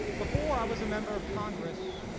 before i was a member of congress,